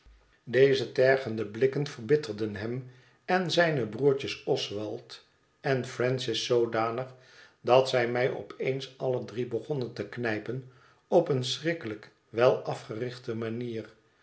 deze tergende vragen verbitterden hem en zijne broertj es oswald en francis zoodanig dat zij mij op eens alle drie begonnen te knijpen op eene schrikkelijk wel afgerichte manier